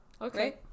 okay